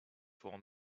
for